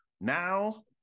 now